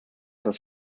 das